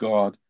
God